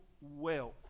wealth